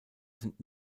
sind